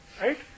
Right